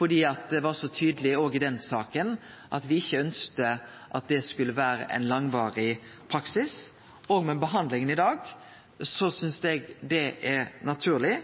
fordi det var så tydeleg også i den saka at me ikkje ønskte at det skulle vere ein langvarig praksis. Med behandlinga i dag synest eg det er naturleg.